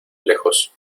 lejos